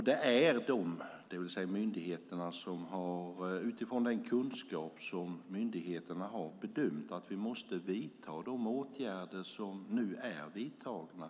Det är myndigheterna som, utifrån sin kunskap, har bedömt att vi måste vidta de åtgärder som nu är vidtagna.